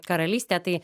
karalystė tai